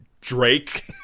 Drake